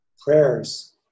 prayers